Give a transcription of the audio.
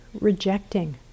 rejecting